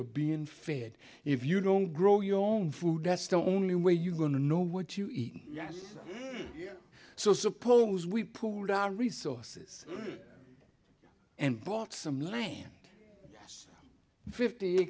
are being fed if you don't grow your own food that's the only way you're going to know what you eat and yes so suppose we pooled our resources and bought some land fifty